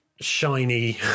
shiny